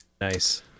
Nice